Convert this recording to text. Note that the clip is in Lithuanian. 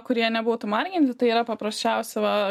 kurie nebūtų marginti tai yra paprasčiausia va